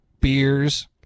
Beers